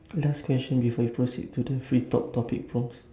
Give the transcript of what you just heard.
last question before we proceed to the free talk topic prompts